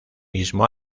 mismo